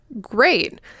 Great